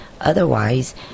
Otherwise